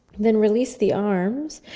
then release the arms,